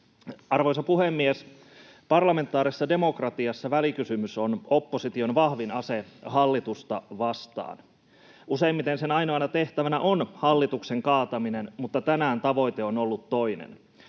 Arvoisa puhemies! Parlamentaarisessa demokratiassa välikysymys on opposition vahvin ase hallitusta vastaan. Useimmiten sen ainoana tehtävänä on hallituksen kaataminen, mutta tänään tavoite on ollut toinen.